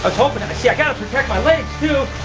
ah hopin', and see i gotta protect my legs, too.